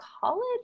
college